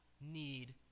need